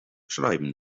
schreiben